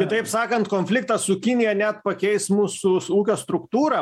kitaip sakant konfliktas su kinija net pakeis mūsų ūkio struktūrą